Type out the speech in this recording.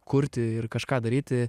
kurti ir kažką daryti